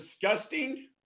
disgusting